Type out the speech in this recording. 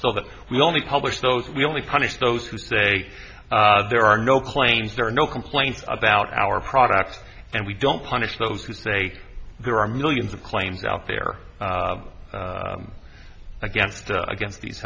so that we only publish those we only punish those who say there are no planes or no complaints about our products and we don't punish those who say there are millions of claims out there against against these